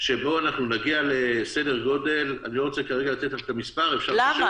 שבו אנחנו נגיע לסדר-גודל אני לא רוצה כרגע לתת לכם מספר --- למה?